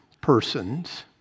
persons